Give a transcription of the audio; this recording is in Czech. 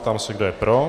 Ptám se, kdo je pro.